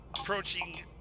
approaching